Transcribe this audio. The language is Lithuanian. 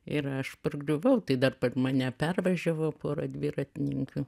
ir aš pargriuvau dar mane pervažiavo pora dviratininkių